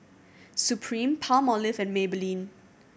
Supreme Palmolive and Maybelline